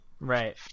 Right